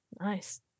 nice